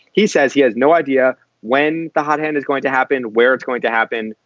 he says he has no idea when the hot hand is going to happen, where it's going to happen,